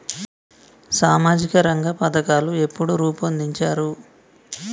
సామాజిక రంగ పథకాలు ఎప్పుడు రూపొందించారు?